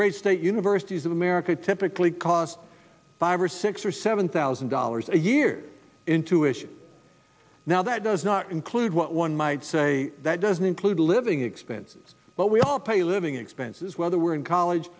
great state universities of america typically cost five or six or seven thousand dollars a year intuition now that does not include what one might say that doesn't include living expenses but we all pay living expenses whether we're in college